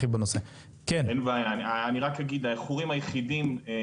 האיחורים היחידים מבחינת התשובות זה רק על רקע היעדר תקציב.